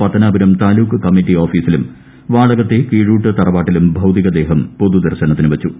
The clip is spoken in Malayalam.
പത്തനാപുരം താലൂക്ക് കമ്മിറ്റി ഓഫീസിലും വാളകത്തെ കീഴൂട്ട് തറവാട്ടിലും ഭൌതികദേഹം പൊതുദർശനത്തിന് വച്ചു